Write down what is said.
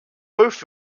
both